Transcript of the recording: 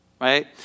right